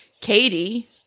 Katie